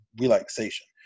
relaxation